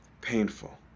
painful